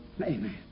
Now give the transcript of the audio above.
Amen